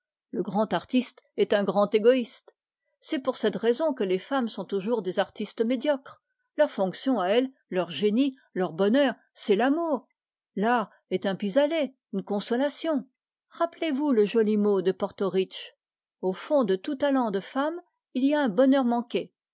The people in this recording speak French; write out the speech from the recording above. le grand artiste est un grand égoïste c'est pour cette raison que les femmes sont toujours inférieures leur fonction à elles leur génie c'est l'amour rappelez-vous le joli mot de porto riche au fond de tout talent de femme il y a un bonheur manqué